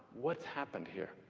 what's happened here?